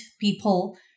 people